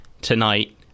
tonight